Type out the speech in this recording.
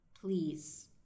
please